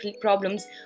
problems